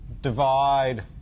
divide